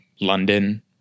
London